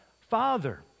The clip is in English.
Father